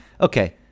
Okay